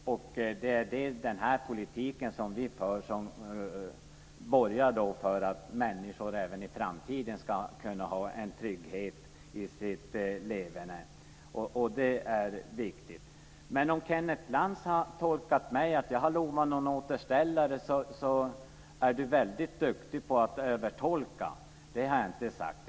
Och den politik som vi för borgar för att människor även i framtiden ska kunna ha en trygghet i sitt leverne. Det är viktigt. Men om Kenneth Lantz har tolkat mig som att jag har lovat någon återställare så är han väldigt duktig på att övertolka. Det har jag inte sagt.